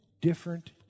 different